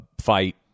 fight